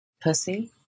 Pussy